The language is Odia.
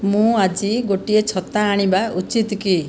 ମୁଁ ଆଜି ଗୋଟିଏ ଛତା ଆଣିବା ଉଚିତ୍ କି